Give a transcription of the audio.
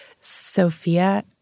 Sophia